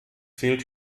fehlt